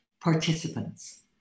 participants